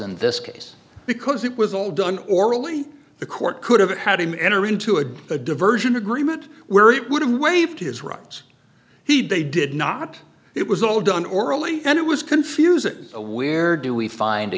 in this case because it was all done orally the court could have had him enter into a diversion agreement where it would have waived his rights he did not it was all done orally and it was confusing where do we find a